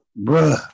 bruh